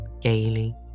gaily